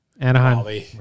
Anaheim